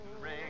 ring